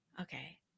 Okay